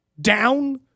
down